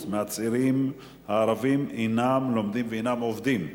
מהצעירים הערבים אינם לומדים ואינם עובדים,